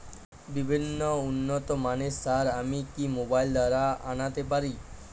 বিভিন্ন উন্নতমানের সার আমি কি মোবাইল দ্বারা আনাতে পারি?